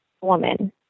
woman